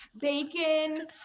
bacon